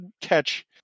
catch